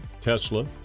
tesla